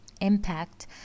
impact